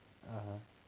(uh huh)